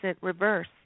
reverse